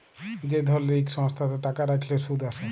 যে ধরলের ইক সংস্থাতে টাকা রাইখলে সুদ আসে